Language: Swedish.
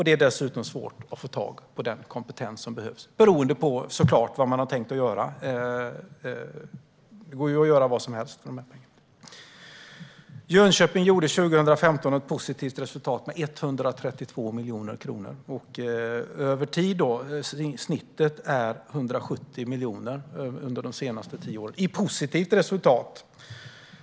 Det är dessutom svårt att få tag i den kompetens som behövs. Det beror såklart på vad man har tänkt göra. Det går ju att göra vad som helst med de här pengarna. Jönköping gjorde 2015 ett positivt resultat med 132 miljoner kronor. Snittet för de senaste tio åren är 170 miljoner, i positivt resultat.